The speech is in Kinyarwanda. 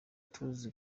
tuzi